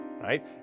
right